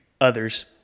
others